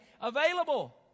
available